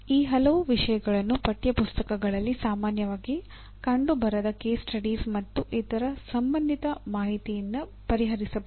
ಈ ಹಲವು ವಿಷಯಗಳನ್ನು ಪಠ್ಯಪುಸ್ತಕಗಳಲ್ಲಿ ಸಾಮಾನ್ಯವಾಗಿ ಕಂಡುಬರದ ಕೇಸ್ ಸ್ಟಡೀಸ್ ಮತ್ತು ಇದರ ಸಂಬಂಧಿತ ಮಾಹಿತಿಯಿಂದ ಪರಿಹರಿಸಬಹುದು